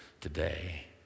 today